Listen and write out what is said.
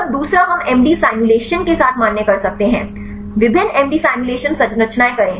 तब दूसरा हम एमडी सिमुलेशन के साथ मान्य कर सकते हैं विभिन्न एमडी सिमुलेशन संरचनाएं करें